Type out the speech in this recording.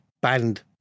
banned